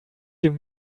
dem